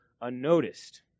unnoticed